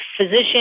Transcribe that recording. physician